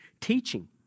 teaching